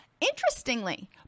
interestingly